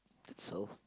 so